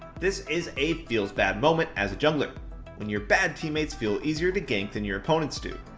this is a feelsbad moment as a jungler when your bad teammates feel easier to gank than your opponents do.